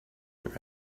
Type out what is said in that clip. run